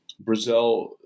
Brazil